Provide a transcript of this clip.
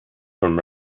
from